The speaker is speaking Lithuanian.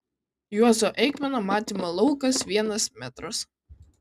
juozo eigmino matymo laukas vienas metras